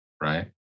right